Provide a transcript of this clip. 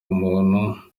umuntu